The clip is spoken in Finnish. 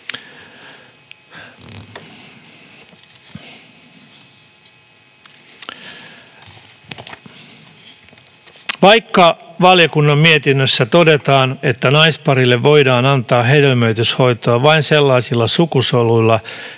Vaikka valiokunnan mietinnössä todetaan, että naisparille voidaan antaa hedelmöityshoitoa vain sellaisilla sukusoluilla,